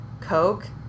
Coke